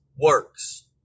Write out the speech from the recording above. works